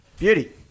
Beauty